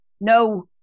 no